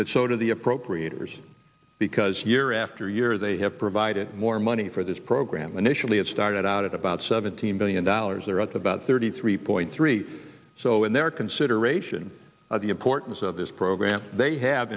that show to the appropriators because year after year they have provided more money for this program initially it started out at about seventeen billion dollars they're at the bout thirty three point three so in their consideration of the importance of this program they have